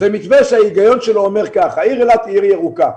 זה מתווה שההיגיון שלו אומר שהעיר אילת היא עיר ירוקה,